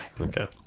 Okay